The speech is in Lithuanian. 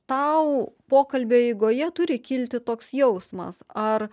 tau pokalbio eigoje turi kilti toks jausmas ar